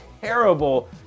terrible